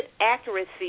accuracy